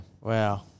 Wow